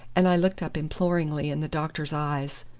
and i looked up imploringly in the doctor's eyes.